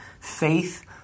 faith